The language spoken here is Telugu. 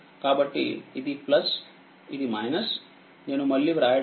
కాబట్టిఇది ఇది నేను మళ్ళీ వ్రాయడం లేదు